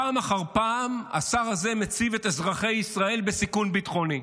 פעם אחר פעם השר הזה מציב את אזרחי ישראל בסיכון ביטחוני.